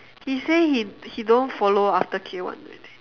he say he he don't follow after k-one already